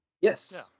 Yes